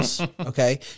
okay